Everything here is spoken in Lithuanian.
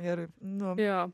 ir nu jo